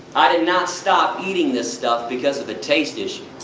i did not stop eating this stuff because of a taste issue.